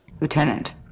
Lieutenant